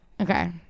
Okay